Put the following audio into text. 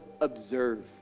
observe